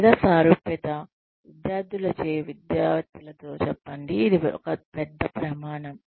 లేదా సారూప్యత విద్యార్థులచే విద్యావేత్తలలో చెప్పండి ఇది పెద్ద ప్రమాణం